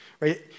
Right